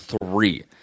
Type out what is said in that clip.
three